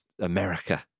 America